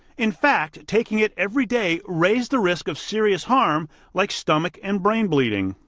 in fact, taking it every day raised the risk of serious harm like stomach and brain bleeding.